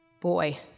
Boy